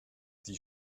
die